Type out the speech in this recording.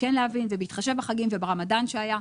וכן להבין, ובהתחשב בחגים וברמדאן שהיה.